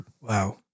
Wow